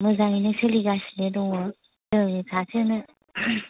मोजाङैनो सोलिगासिनो दङ जोंनि फारसेनो